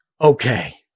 Okay